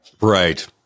right